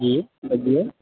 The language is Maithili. जी बोलिए